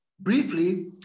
Briefly